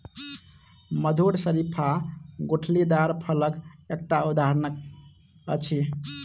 मधुर शरीफा गुठलीदार फलक एकटा उदहारण अछि